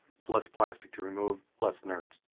it's less plastic to remove, less nerds.